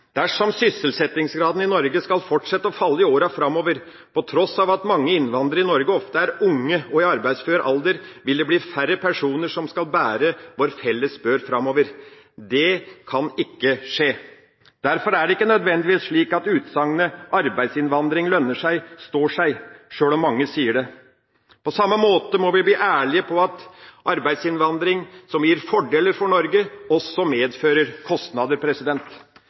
Dersom sysselsettingsgraden i Norge skal fortsette å falle i åra framover, på tross av at mange innvandrere i Norge ofte er unge og i arbeidsfør alder, vil det bli færre personer som skal bære vår felles bør framover. Det kan ikke skje. Derfor er det ikke nødvendigvis slik at utsagnet «arbeidsinnvandring lønner seg» står seg, sjøl om mange sier det. På samme måte må vi bli ærlige på at arbeidsinnvandring som gir fordeler for Norge, også medfører kostnader.